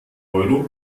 euro